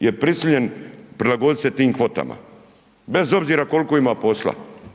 je prisiljen prilagodit se tim kvotama bez obzira koliko ima posla.